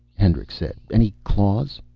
hendricks said. any claws?